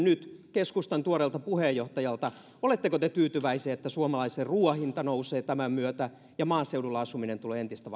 nyt keskustan tuoreelta puheenjohtajalta oletteko te tyytyväisiä että suomalaisen ruoan hinta nousee tämän myötä ja maaseudulla asuminen tulee entistä